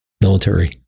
military